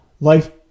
life